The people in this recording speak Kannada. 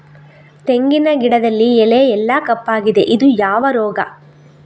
ತೆಂಗಿನ ಗಿಡದಲ್ಲಿ ಎಲೆ ಎಲ್ಲಾ ಕಪ್ಪಾಗಿದೆ ಇದು ಯಾವ ರೋಗ?